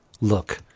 look